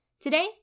Today